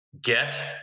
Get